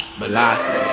velocity